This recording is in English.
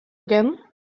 again